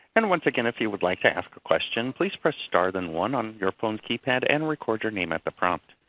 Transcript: and once again if you would like to ask a question please press star then one on your phone keypad and record your name at the prompt.